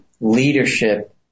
leadership